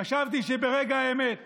חשבתי שברגע האמת